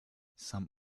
some